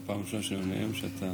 זו פעם ראשונה שאני נואם כשאתה